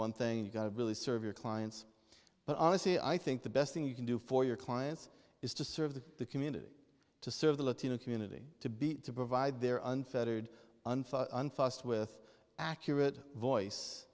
one thing you've got to really serve your clients but honestly i think the best thing you can do for your clients is to serve the community to serve the latino community to be to provide their unfettered unfun fast with accurate voice